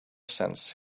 sense